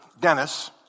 Dennis